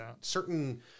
certain –